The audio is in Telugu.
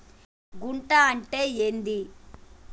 గుంట అంటే ఏంది?